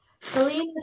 Selena